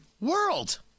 world